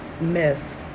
miss